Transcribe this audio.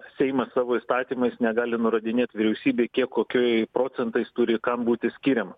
seimas savo įstatymais negali nurodinėt vyriausybei kiek kokioj procentais turi būti skiriama